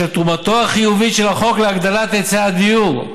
בשל תרומתו החיובית של החוק להגדלת היצע הדיור,